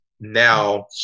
now